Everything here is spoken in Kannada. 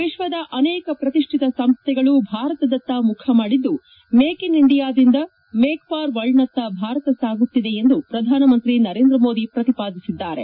ವಿಶ್ವದ ಅನೇಕ ಪ್ರತಿಷ್ಠಿತ ಸಂಸ್ಥೆಗಳು ಭಾರತದತ್ತ ಮುಖ ಮಾಡಿದ್ದು ಮೇಕ್ ಇನ್ ಇಂಡಿಯಾ ದಿಂದ ಮೇಕ್ ಫಾರ್ ವರ್ಲ್ಡ್ನತ್ತ ಭಾರತ ಸಾಗುತ್ತಿದೆ ಎಂದು ಪ್ರಧಾನಮಂತ್ರಿ ನರೇಂದ್ರ ಮೋದಿ ಪ್ರತಿಪಾದಿಸಿದ್ದಾರೆ